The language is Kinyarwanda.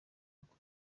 ako